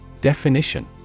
Definition